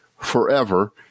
forever